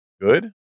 good